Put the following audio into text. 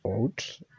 out